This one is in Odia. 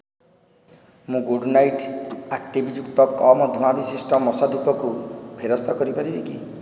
ମୁଁ ଗୁଡ଼୍ ନାଇଟ ଆକ୍ଟିଭ୍ ଯୁକ୍ତ କମ୍ ଧୂଆଁ ବିଶିଷ୍ଟ ମଶା ଧୂପକୁ ଫେରସ୍ତ କରିପାରିବି କି